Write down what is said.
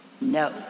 No